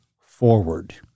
forward